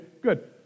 Good